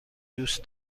دوست